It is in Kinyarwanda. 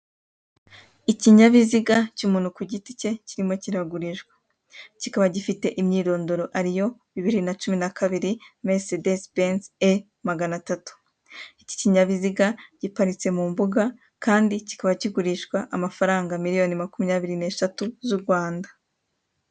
Ikinyabiziga cy'umuntu ku giti cye kirimo kiragurishwa kikaba gifite imyironoro ariyo; bibiri na cumi nakabiri mesidensi benzi e maganatatu. Iki kinyabiziga giparitse mu mbuga kandi kikaba kigurishwa amafaranga miliyoni makumyabiri neshatu z'u Rwanda.